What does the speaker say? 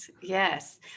yes